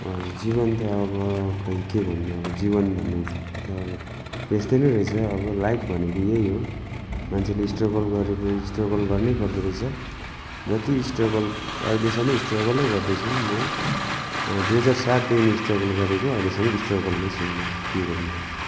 जीवन त अब खोइ के भन्नु जीवन भन्ने त अब यस्तै नै रहेछ अब लाइफ भनेको यही हो मान्छेले स्ट्रगल गरेको स्ट्रगल गर्नै पर्दो रहेछ जति स्ट्रगल अहिलेसम्म स्ट्रगलै गर्दैछु म दुई हजार सातदेखिन् स्ट्रगल गरेको अहिलेसम्म स्ट्रगलमै छु के गर्नु